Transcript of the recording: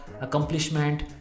accomplishment